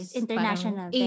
international